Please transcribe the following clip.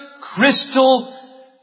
crystal